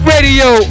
Radio